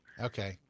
okay